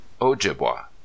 Ojibwa